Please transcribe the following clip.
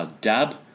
Dab